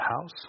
house